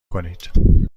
کنید